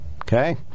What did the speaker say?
Okay